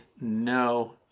no